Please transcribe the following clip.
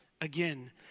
again